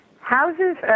houses